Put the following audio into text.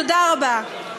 תודה רבה.